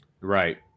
right